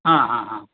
हा हा हा